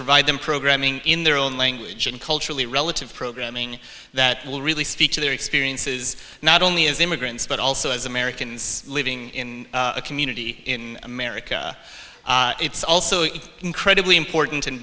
provide them programming in their own language and culturally relative programming that will really speak to their experiences not only as immigrants but also as americans living in a community in america it's also incredibly important